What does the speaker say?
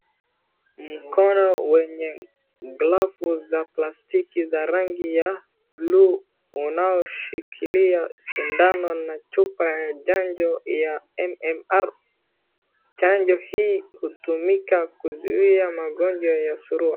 Mkono wenye glavu za plastiki za rangi ya bluu unaoshikilia sindano na chupa ya chanjo ya MMR. Chanjo hii hutumika kuzuia magonjwa ya surua.